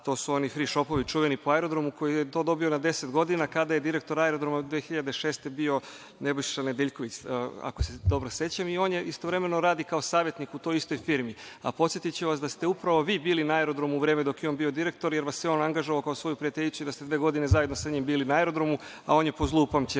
To su oni fri šopovi čuveni po aerodromu, koji to dobiju na deset godina, kada je direktor Aerodroma 2006. godine bio Nebojša Nedeljković, ako se dobro sećam i on istovremeno radi kao savetnik u toj istoj firmi. Podsetiću vas da ste upravo vi bili na Aerodromu u vreme dok je on bio direktor, jer vas je on angažovao kao svoju prijateljicu i da ste dve godine zajedno sa njim bili na Aerodromu, a on je po zlu upamćen,